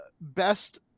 best